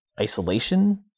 isolation